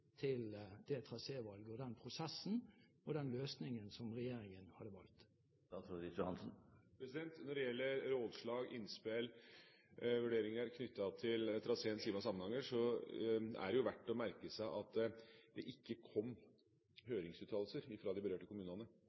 valgt? Når det gjelder rådslag, innspill og vurderinger knyttet til traseen Sima–Samnanger, er det verdt å merke seg at det ikke kom høringsuttalelser fra de berørte kommunene